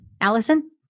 Allison